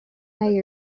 they